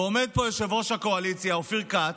ועומד פה יושב-ראש הקואליציה אופיר כץ,